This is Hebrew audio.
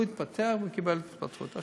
הוא התפטר, והוא קיבל את ההתפטרות.